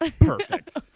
Perfect